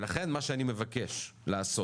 ולכן מה שאני מבקש לעשות